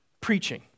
preaching